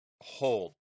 hold